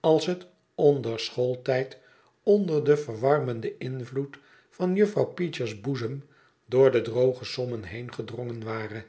als het onder schooltijd onder den verwarmenden invloed van juffi ouw peecher's boezem door de droge sommen heengedrongen ware